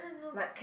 like